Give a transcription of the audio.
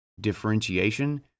differentiation